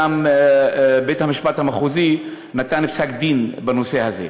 ובית-המשפט המחוזי נתן פסק-דין בנושא הזה.